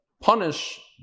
punish